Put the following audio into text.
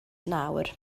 nawr